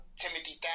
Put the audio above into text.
Timothy